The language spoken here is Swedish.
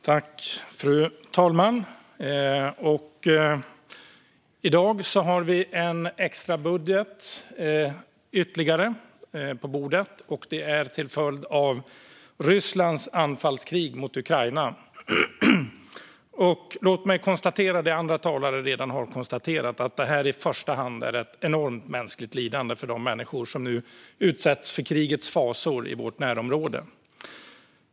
Fru talman! I dag har vi en extra budget ytterligare på bordet, till följd av Rysslands anfallskrig mot Ukraina. Låt mig konstatera det andra talare redan har konstaterat: Det här är i första hand ett enormt mänskligt lidande för de människor som nu utsätts för krigets fasor i vårt närområde.